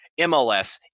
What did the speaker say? MLS